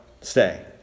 stay